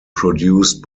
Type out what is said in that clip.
produced